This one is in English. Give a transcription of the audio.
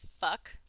fuck